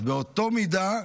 אז באותה מידה,